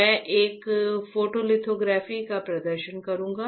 मैं एक फोटोलिथोग्राफी का प्रदर्शन करूंगा